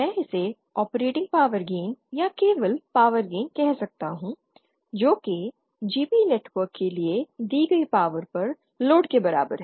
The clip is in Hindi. मैं इसे ऑपरेटिंग पॉवर गेन या केवल पावर गेन कह सकता हूं जो के जीपी नेटवर्क के लिए दी गई पॉवर पर लोड के बराबर है